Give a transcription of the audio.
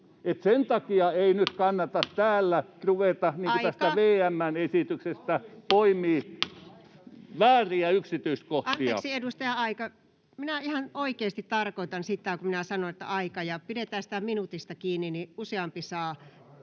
keskeisimmistä eduskunnalle annettavista esityksistä Time: N/A Content: Anteeksi, edustaja, aika! Minä ihan oikeasti tarkoitan sitä, kun minä sanon, että ”aika”. Pidetään siitä minuutista kiinni, niin useampi saa